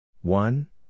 One